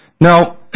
Now